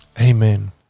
Amen